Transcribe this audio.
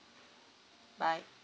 bye